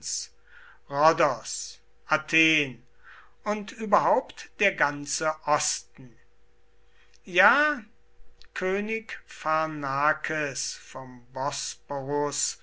rhodos athen und überhaupt der ganze osten ja könig pharnakes vom bosporus